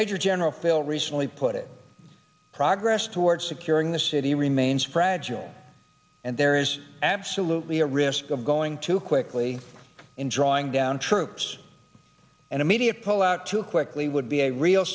major general bill recently put it progress toward securing the city remains fragile and there is absolutely a risk of going to quickly in drawing down troops and immediate pullout too quickly would be a real